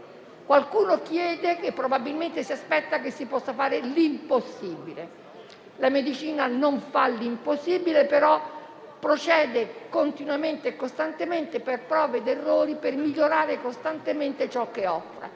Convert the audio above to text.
Qualcuno chiede e probabilmente si aspetta che si possa fare l'impossibile. La medicina non fa l'impossibile, ma procede continuamente e costantemente, per prove ed errori, per migliorare sempre ciò che offre.